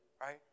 right